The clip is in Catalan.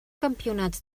campionats